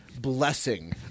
blessing